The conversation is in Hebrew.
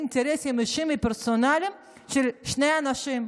אינטרסים אישיים ופרסונליים של שני אנשים.